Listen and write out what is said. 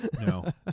no